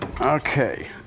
okay